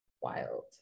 wild